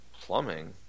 Plumbing